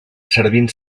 servint